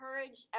encourage